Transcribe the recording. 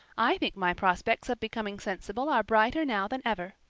i think my prospects of becoming sensible are brighter now than ever.